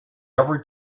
every